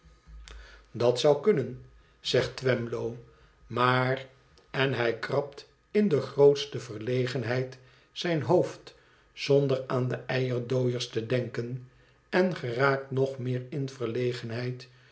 idat zou kunnen zegt twemlow tmaar en hij krabt inde grootste verlegenheid zijn hoofd zonder aan de eierdooiers te denken en geraakt nog meer in verlegenheid